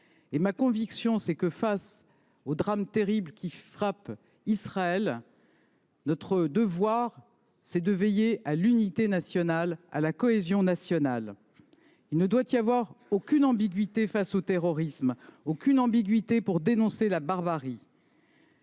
Ma conviction est que, face au drame terrible qui frappe Israël, notre devoir est de veiller à l’unité et à la cohésion nationales. Il ne doit y avoir aucune ambiguïté face au terrorisme, aucune ambiguïté pour dénoncer la barbarie.